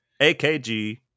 AKG